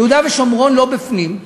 יהודה ושומרון לא בפנים,